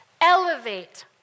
elevate